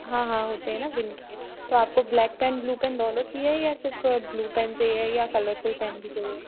हाँ हाँ होते हैं ना विन के तो आपको ब्लैक पैन ब्लू पैन दोनों चाहिए या सिर्फ़ ब्लू पैन चाहिए है या कलरफुल पैन भी चाहिए